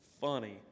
funny